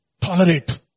tolerate